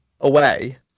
Away